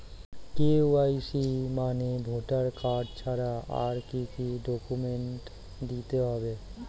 KYC মানে voter card ছাড়া আর কি কি ডকুমেন্ট দিতে হবে?